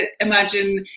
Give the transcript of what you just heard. imagine